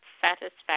satisfaction